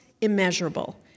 immeasurable